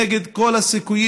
כנגד כל הסיכויים,